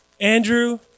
Andrew